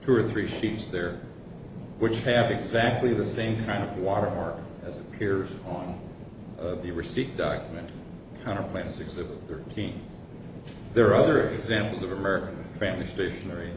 through three sheets there which have exactly the same kind of watermark as it appears on the receipt document kind of plans exhibit thirteen there are other examples of american family stationery